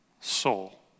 soul